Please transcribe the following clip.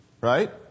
right